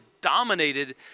dominated